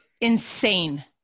insane